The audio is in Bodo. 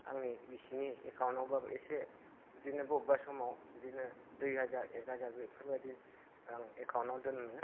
आंनि बिसिनि एकाउन्टआवबाबो इसे बिदिनो बब्बा समाव बिदिनो दुइ हाजार एख हाजार बेफोरबायदि आं एकाउन्टआव दोनो